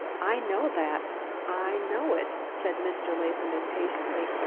i know that i know it, said mr. latham impatiently.